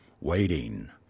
waiting